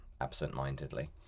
absent-mindedly